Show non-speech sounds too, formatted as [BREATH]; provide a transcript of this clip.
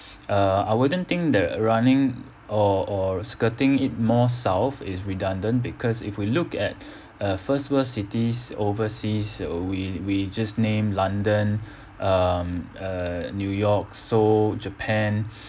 uh I wouldn't think the running or or skirting it more south is redundant because if we look at [BREATH] uh first world cities overseas uh we we just name london [BREATH] um uh new york seoul japan [BREATH]